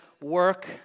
work